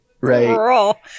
Right